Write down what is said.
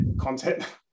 content